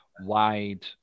wide